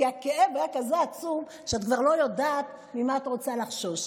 כי הכאב היה כזה עצום שאת כבר לא יודעת ממה את רוצה לחשוש.